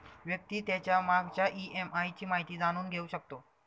व्यक्ती त्याच्या मागच्या ई.एम.आय ची माहिती जाणून घेऊ शकतो